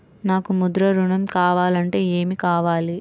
నాకు ముద్ర ఋణం కావాలంటే ఏమి కావాలి?